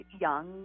young